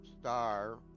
star